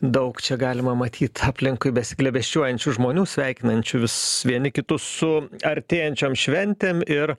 daug čia galima matyt aplinkui besiglėbesčiuojančių žmonių sveikinančių vis vieni kitus su artėjančiom šventėm ir